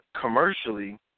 commercially